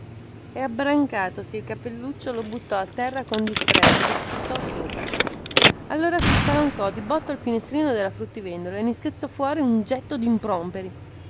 e abbrancatosi il cappelluccio lo buttò a terra con disprezzo e vi sputò sopra allora si spalancò di botto il finestrino della fruttivendola e ne schizzò fuori un getto dimproperi